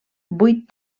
vuit